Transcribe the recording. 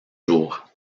jour